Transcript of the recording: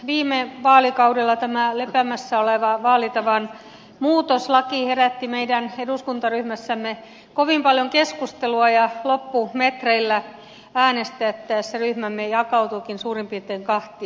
viime vaalikaudella tämä lepäämässä oleva vaalitavan muutoslaki herätti meidän eduskuntaryhmässämme kovin paljon keskustelua ja loppumetreillä äänestettäessä ryhmämme jakautuikin suurin piirtein kahtia